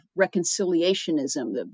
reconciliationism